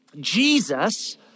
Jesus